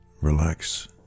Relax